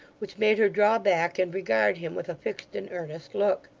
which made her draw back, and regard him with a fixed and earnest look.